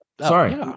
Sorry